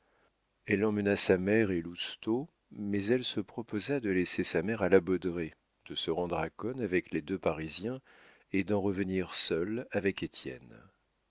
elle emmena sa mère et lousteau mais elle se proposa de laisser sa mère à la baudraye de se rendre à cosne avec les deux parisiens et d'en revenir seule avec